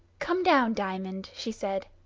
come down, diamond, she said.